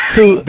Two